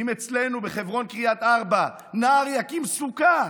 אם אצלנו בחברון, קריית ארבע, נער יקים סוכה,